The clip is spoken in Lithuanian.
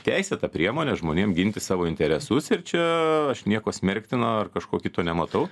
teisėta priemonė žmonėm ginti savo interesus ir čia aš nieko smerktino ar kažko kito nematau